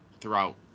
throughout